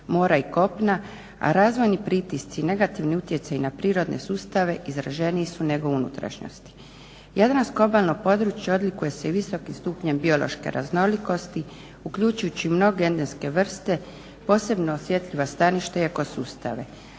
mora i kopna, a razvojni pritisci, negativni utjecaji na prirodne sustave izraženiji su nego u unutrašnjosti. Jadransko obalno područje odlikuje se i visokim stupnjem biološke raznolikosti uključujući i mnoge endemske vrste, posebno osjetljiva staništa i eko sustave.